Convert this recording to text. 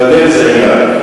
בבל זה עירקים.